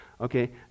okay